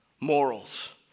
morals